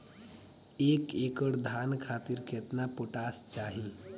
एक एकड़ धान खातिर केतना पोटाश चाही?